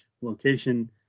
location